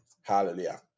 Hallelujah